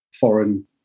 foreign